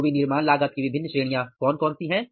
तो विनिर्माण लागत की विभिन्न श्रेणियां कौन कौन सी हैं